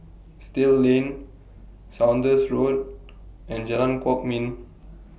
Still Lane Saunders Road and Jalan Kwok Min